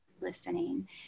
listening